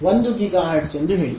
1 gigahertz ಎಂದು ಹೇಳಿ